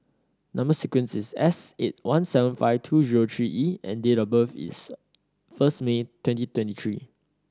number sequence is S eight one seven five two zero three E and date of birth is first May twenty twenty three